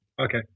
okay